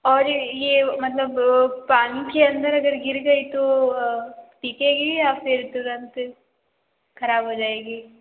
और ये मतलब पानी के अंदर अगर गिर गई तो टिकेगी या फिर तुरंत खराब हो जाएगी